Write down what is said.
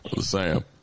Sam